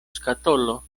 skatolo